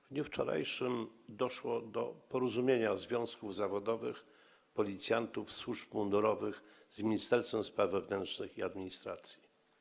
W dniu wczorajszym doszło do porozumienia związków zawodowych, policjantów, służb mundurowych z Ministerstwem Spraw Wewnętrznych i Administracji.